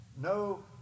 no